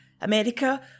America